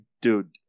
dude